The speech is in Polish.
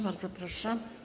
Bardzo proszę.